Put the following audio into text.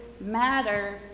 matter